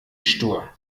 stur